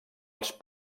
els